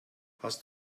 hast